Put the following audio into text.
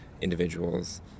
individuals